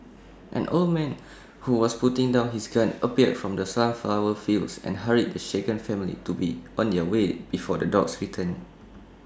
an old man who was putting down his gun appeared from the sunflower fields and hurried the shaken family to be on their way before the dogs return